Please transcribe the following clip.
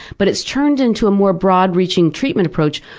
but it's turned into a more broad-reaching treatment approach,